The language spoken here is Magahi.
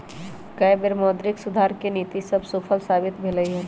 कय बेर मौद्रिक सुधार के नीति सभ सूफल साबित भेलइ हन